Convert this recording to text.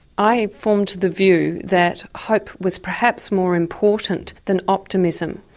i formed the view that hope was perhaps more important than optimism.